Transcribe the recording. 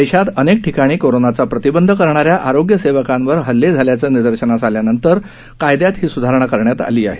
देशात अनेक ठिकाणी कोरोनाचा प्रतिबंध करणाऱ्या आरोग्य सेवकांवर हल्ले झाल्याचं निदर्शनास आल्यानंतर कायद्यात ही सुधारणा करण्यात आली आहे